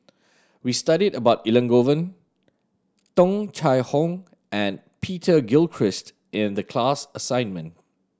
we studied about Elangovan Tung Chye Hong and Peter Gilchrist in the class assignment